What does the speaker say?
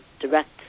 direct